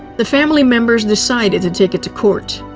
the family members decided to take it to court.